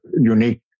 unique